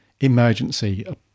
emergency